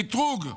קטרוג.